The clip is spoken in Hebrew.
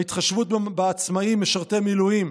ההתחשבות בעצמאים, משרתי מילואים,